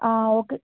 okay